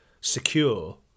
secure